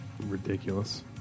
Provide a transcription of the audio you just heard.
ridiculous